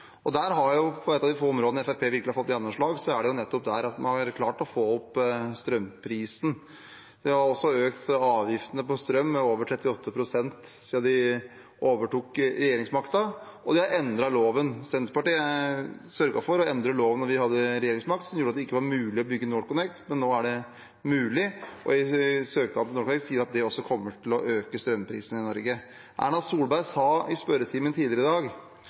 Og ett av de få områdene hvor Fremskrittspartiet virkelig har fått gjennomslag, er nettopp at de har klart å få opp strømprisen. De har også økt avgiftene på strøm med over 38 pst. siden de overtok regjeringsmakten, og de har endret loven. Senterpartiet sørget for å endre loven da vi hadde regjeringsmakt, som gjorde at det ikke var mulig å bygge NorthConnect, men nå er det mulig, og søknaden om NorthConnect sier at det også kommer til å øke strømprisen i Norge. Erna Solberg sa i den muntlige spørretimen tidligere i dag